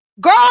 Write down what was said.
girl